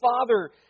Father